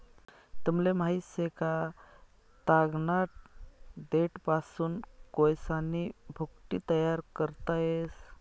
तुमले माहित शे का, तागना देठपासून कोयसानी भुकटी तयार करता येस